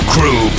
Crew